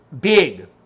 big